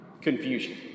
Confusion